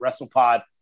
WrestlePod